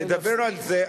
נדבר על זה.